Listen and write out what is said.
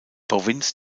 provinz